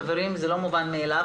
חברים, זה לא מובן מאליו.